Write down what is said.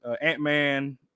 Ant-Man